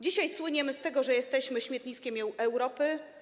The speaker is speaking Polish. Dzisiaj słyniemy z tego, że jesteśmy śmietniskiem Europy.